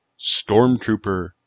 Stormtrooper